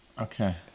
Okay